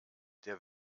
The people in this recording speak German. der